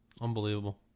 Unbelievable